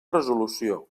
resolució